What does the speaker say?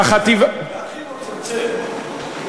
להרחיב או לצמצם?